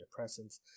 antidepressants